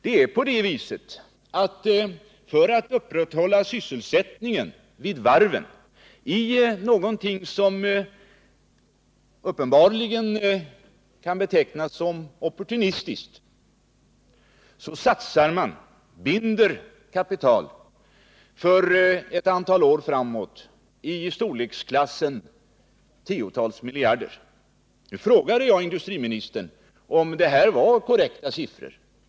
Det är på det viset att för att upprätthålla sysselsättningen vid varven binder man —- uppenbarligen av opportunistiska skäl — kapital i storleksklassen tiotals miljarder för ett antal år framåt. Jag frågade industriministern om detta var korrekta siffror.